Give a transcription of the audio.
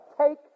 Take